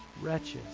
wretches